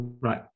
right